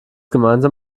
gemeinsam